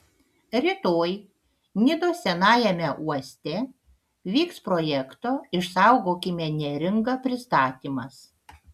rytoj nidos senajame uoste vyks projekto išsaugokime neringą pristatymas